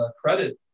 credit